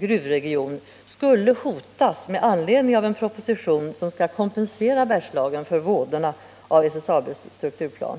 gruvregion, skulle hotas med anledning av en proposition som skall kompensera Bergslagen för vådorna av SSAB:s strukturplan.